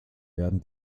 werden